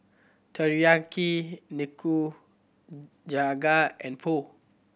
Teriyaki Nikujaga and Pho